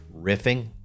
riffing